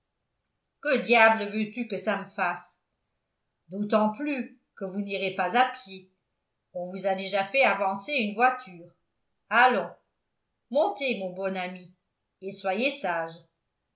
que diable veux-tu que ça me fasse d'autant plus que vous n'irez pas à pied on vous a déjà fait avancer une voiture allons montez mon bon ami et soyez sage